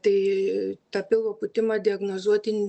tai tą pilvo pūtimą diagnozuoti